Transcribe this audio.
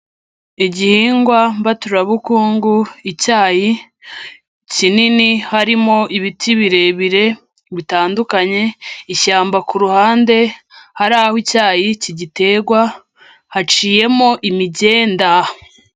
Igihingwa mbaturabukungu icyayi kinini, harimo ibiti birebire bitandukanye, ishyamba ku ruhande, hari aho icyayi kigiterwa haciyemo imigenda.